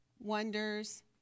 Wonders